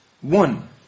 one